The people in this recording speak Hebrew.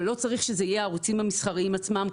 אבל לא צריך שזה יהיה הערוצים המסחריים עצמם,